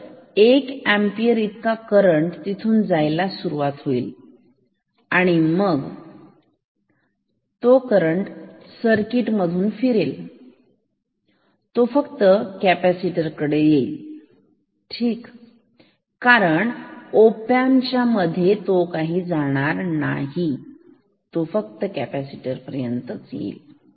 तर एक एंपियर इतका करंट तिथून जायला सुरुवात होईल आणि मग तो करंट सर्किट मधून फिरेल तो फक्त कॅपॅसिटर कडे येईल ठीक कारण तो ओपॅम्प च्या मध्ये जाणार नाही तो फक्त कॅपॅसिटर पर्यंत येईल